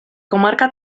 comarca